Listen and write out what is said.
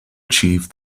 achieve